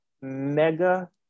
mega